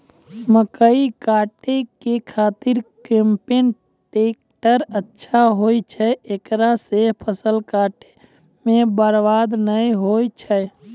मकई काटै के खातिर कम्पेन टेकटर अच्छा होय छै ऐकरा से फसल काटै मे बरवाद नैय होय छै?